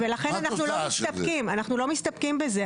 ולכן אנחנו לא מסתפקים בזה,